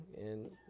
and-